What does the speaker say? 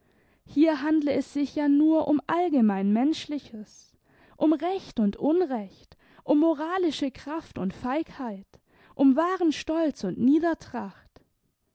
hier handle es sich ja nur um allgemein menschliches um recht und unrecht um moralische kraft und feigheit um wahren stolz und niedertracht